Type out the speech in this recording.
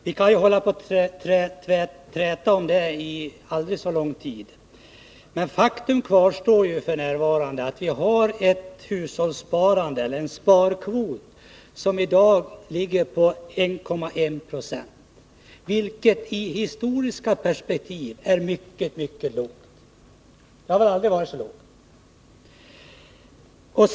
Vi kan träta om det aldrig så lång tid, men faktum kvarstår att vi f. n. har en sparkvot på 1,1 96, vilket i historiska perspektiv är mycket lågt — sparandet har aldrig varit så lågt.